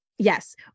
Yes